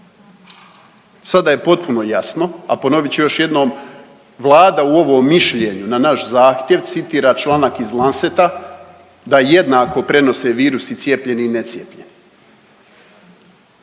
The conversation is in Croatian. Sada je potpuno jasno, a ponovit ću još jednom, Vlada u ovom mišljenju na naš zahtjev citira članak iz Lanceta da jednako prenose virus i cijepljeni i necijepljeni.